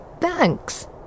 Thanks